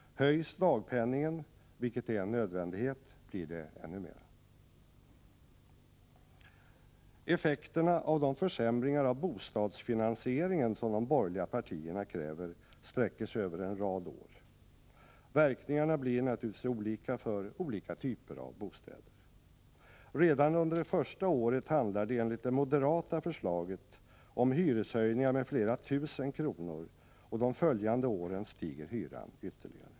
Höjs dagpenningen, vilket är en nödvändighet, blir det ännu mera. Effekterna av de försämringar av bostadsfinansieringen som de borgerliga partierna kräver sträcker sig över en rad år. Verkningarna blir naturligtvis olika för olika typer av bostäder. Redan under det första året handlar det enligt det moderata förslaget om hyreshöjningar med flera tusen kronor och de följande åren stiger hyran ytterligare.